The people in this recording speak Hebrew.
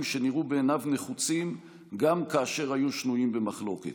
שנראו בעיניו נחוצים גם כאשר היו שנויים במחלוקת.